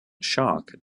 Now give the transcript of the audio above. shock